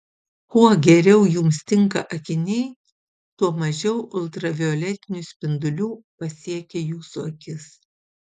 kuo geriau jums tinka akiniai tuo mažiau ultravioletinių spindulių pasiekia jūsų akis